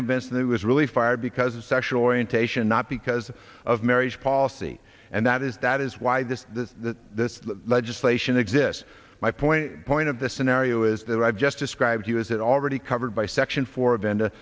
convince them it was really fired because of sexual orientation not because of marriage policy and that is that is why this the legislation exists my point point of the scenario is that i've just described you as it already covered by section four